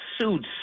sued